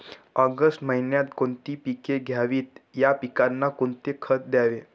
August महिन्यात कोणती पिके घ्यावीत? या पिकांना कोणते खत द्यावे?